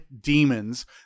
demons